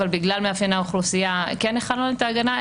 אבל בגלל מאפייני האוכלוסייה כן החלנו עליה את ההגנה.